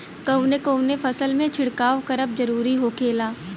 कवने कवने फसल में छिड़काव करब जरूरी होखेला?